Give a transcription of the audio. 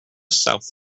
south